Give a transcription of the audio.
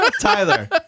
Tyler